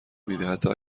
میده، حتا